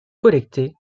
collecter